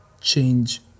change